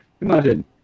imagine